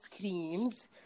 creams